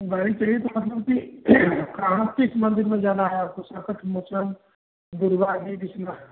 गाड़ी चाहिए तो मतलब की कहाँ किस मंदिर में जाना हैं आपको संकट मोचन दुर्गा जी विश्वनाथ